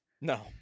No